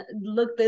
look